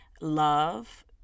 love